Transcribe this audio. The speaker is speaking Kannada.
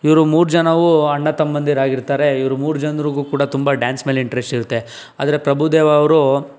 ಇವರು ಮೂರು ಜನವು ಅಣ್ಣ ತಮ್ಮಂದಿರಾಗಿರ್ತಾರೆ ಇವರು ಮೂರು ಜನರಿಗೂ ಕೂಡ ತುಂಬ ಡ್ಯಾನ್ಸ್ ಮೇಲೆ ಇಂಟ್ರೆಸ್ಟ್ ಇರುತ್ತೆ ಆದರೆ ಪ್ರಭುದೇವ ಅವರು